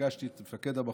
פגשתי את מפקד המחוז,